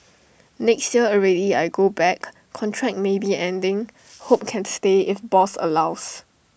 next year already I go back contract maybe ending hope can stay if boss allows